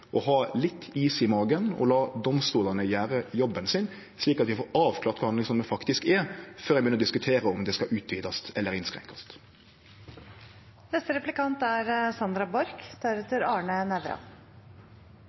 å ha litt is i magen og la domstolane gjere jobben sin, slik at vi får avklart kva handlingsrommet faktisk er, før ein begynner å diskutere om det skal utvidast eller